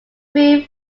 move